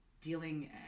dealing